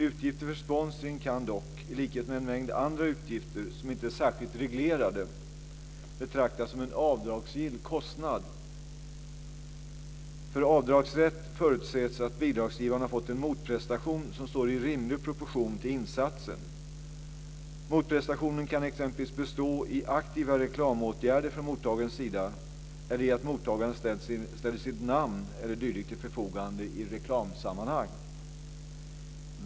Utgifter för sponsring kan dock, i likhet med en mängd andra utgifter som inte är särskilt reglerade, betraktas som en avdragsgill kostnad. För avdragsrätt förutsätts att bidragsgivaren har fått en motprestation som står i rimlig proportion till insatsen. Motprestationen kan bestå t.ex. i aktiva reklamåtgärder från mottagarens sida eller i att mottagaren ställer sitt namn e.d. till förfogande i reklamsammanhang.